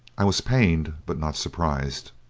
i was pained but not surprised.